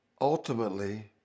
ultimately